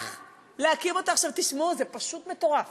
להקים אותו, עכשיו תשמעו, זה פשוט מטורף,